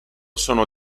sono